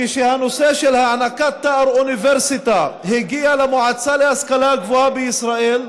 כשהנושא של הענקת תואר אוניברסיטה הגיע למועצה להשכלה הגבוהה בישראל,